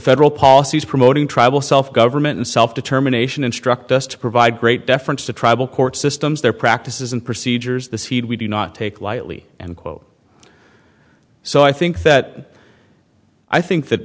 federal policies promoting tribal self government and self determination instruct us to provide great deference to tribal court systems their practices and procedures the speed we do not take lightly and quote so i think that i think that